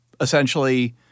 essentially